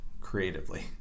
creatively